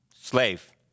slave